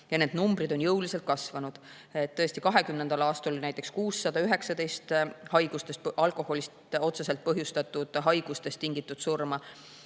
Ja need numbrid on jõuliselt kasvanud. Näiteks 2020. aastal oli 619 alkoholist otseselt põhjustatud haigustest tingitud surma.